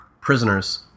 prisoners